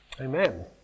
Amen